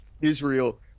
Israel